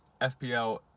FPL